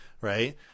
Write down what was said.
Right